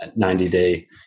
90-day